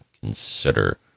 consider